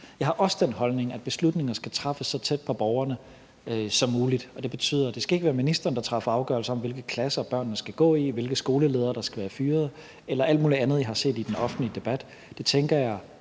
Jeg har også den holdning, at beslutninger skal træffes så tæt på borgerne som muligt. Det betyder, at det ikke skal være ministeren, der træffer afgørelse om, hvilke klasser børnene skal gå i, og hvilke skoleledere der skal fyres eller alt muligt andet, jeg har set i den offentlige debat.